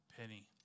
penny